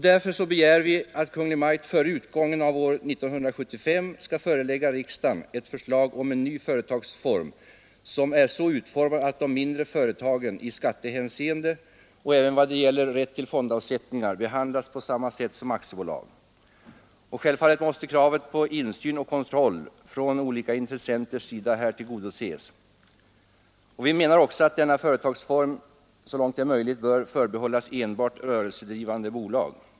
Därför begär vi att Kungl. Maj:t före utgången av år 1975 skall förelägga riksdagen förslag om en ny företagsform som är så utformad att de mindre företagen i skattehänseende och även vad gäller rätt till fondavsättningar behandlas på samma sätt som aktiebolag. Självfallet måste kravet på insyn och kontroll från olika intressenters sida tillgodoses. Vi menar också att denna företagsform så långt det är möjligt bör förbehållas rörelsedrivande bolag.